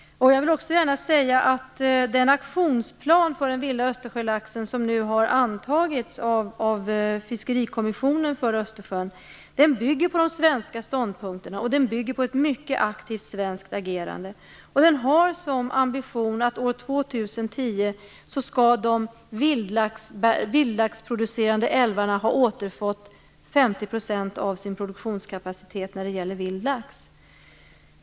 Jag vill också gärna säga att den aktionsplan för den vilda östersjölaxen som nu har antagits av Fiskerikommissionen för Östersjön bygger på de svenska ståndpunkterna och på ett mycket aktivt svenskt agerande. Den har som ambition att de vildlaxproducerande älvarna år 2010 skall ha återfått 50 % av sin produktionskapacitet när det gäller vild lax.